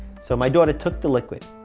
so my daughter took the liquid,